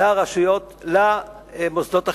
למוסדות החינוך.